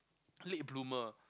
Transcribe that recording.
late bloomer